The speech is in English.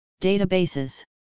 databases